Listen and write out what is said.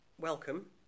welcome